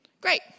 Great